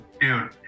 Dude